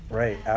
right